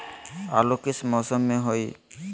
आलू किस मौसम में होई?